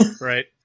Right